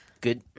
good